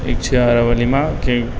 એક છે અરવલ્લીમાં કે